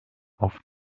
auf